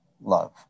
love